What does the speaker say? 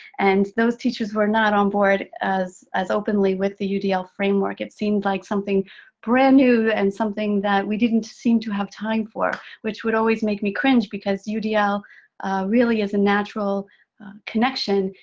and those teachers were not on board as as openly with the udl framework, it seemed like. something brand new, and something that we didn't seem to have time for, which would always make me cringe, because udl really is a natural connection.